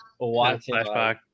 Flashback